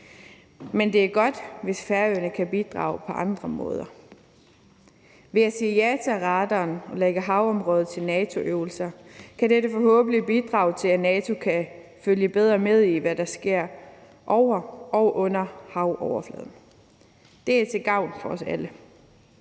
men det er godt, hvis Færøerne kan bidrage på andre måder. Ved at sige ja til radaren og lægge havområde til NATO-øvelser kan vi forhåbentlig bidrage til, at NATO kan følge bedre med i, hvad der sker over og under havoverfladen. Det er til gavn for os alle.